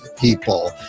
people